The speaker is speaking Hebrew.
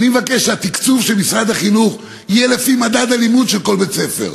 אני מבקש שהתקצוב של משרד החינוך יהיה לפי מדד אלימות של כל בית-ספר,